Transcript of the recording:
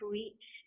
reach